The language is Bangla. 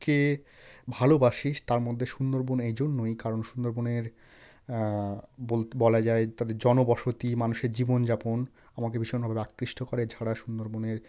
কে ভালোবাসি তার মধ্যে সুন্দরবন এই জন্যই কারণ সুন্দরবনের বলা যায় তাদের জনবসতি মানুষের জীবনযাপন আমাকে ভীষণ আকৃষ্ট করে এছাড়া সুন্দরবনের